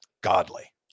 godly